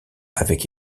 avec